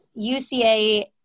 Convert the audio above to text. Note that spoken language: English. UCA